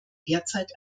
derzeit